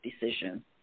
decision